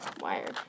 Wired